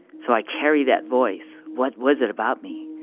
so, i carry that voice. what was it about me?